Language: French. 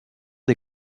des